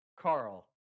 Carl